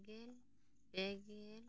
ᱵᱟᱨ ᱜᱮᱞ ᱯᱮ ᱜᱮᱞ